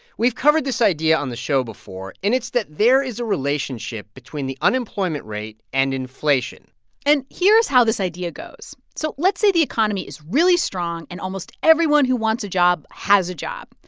we've covered this idea on the show before, and it's that there is a relationship between the unemployment rate and inflation and here's how this idea goes. so let's say the economy is really strong and almost everyone who wants a job has a job.